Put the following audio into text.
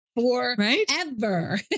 forever